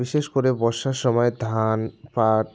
বিশেষ করে বর্ষার সময় ধান পাট